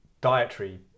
dietary